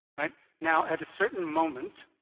now at a certain moment,